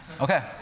Okay